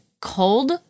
cold